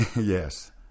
Yes